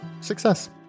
success